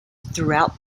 throughout